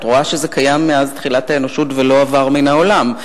את רואה שזה קיים מאז תחילת האנושות ולא עבר מן העולם,